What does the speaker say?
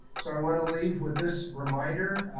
so i wanna leave with this reminder,